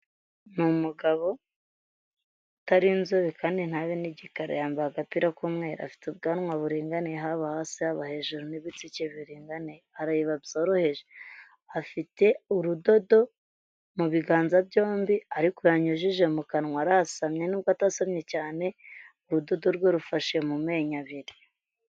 Ni umugabo utari inzobe kandi ntabe n'igikara; yambaye agapira k'umweru afite ubwanwa buringaniye haba hasi haba hejuru n'ibitsike biringane, arareba byoroheje. Afite urudodo mu biganza byombi ariko yanyujije mu kanwa, arasamye nubwo atasamye cyane; urudodo rwe rufashe mu menyo abiri.